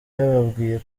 yababwiye